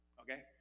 okay